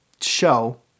Show